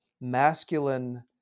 masculine